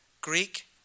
Greek